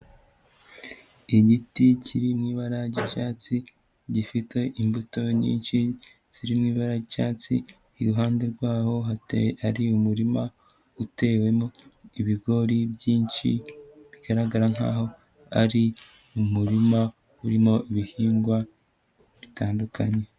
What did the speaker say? Igiti kiri mu ibara ry'icyatsi, gifite imbuto nyinshi ziri mu ibara ry'icyatsi, iruhande rwaho hari umurima utewemo ibigori byinshi, bigaragara nk'aho ari mu umurima urimo ibihingwa bitandukanye.